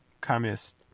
Communist